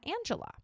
Angela